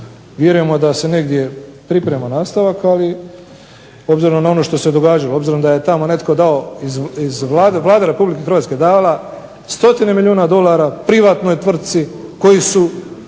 Vjerujemo da se negdje priprema nastavak obzirom na ono što se događalo, obzirom da je tamo netko dao, Vlada Republike Hrvatske dala stotine milijuna dolara privatnoj tvrtci koju su